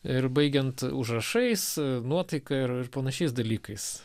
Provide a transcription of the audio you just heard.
ir baigiant užrašais nuotaika ir ir panašiais dalykais